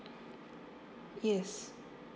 yes